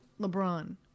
LeBron